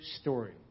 story